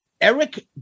Eric